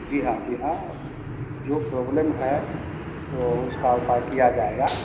जी हाँ जी हाँ जो प्रोब्लम है तो उसका उपाय किया जाएगा